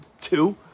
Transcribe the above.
two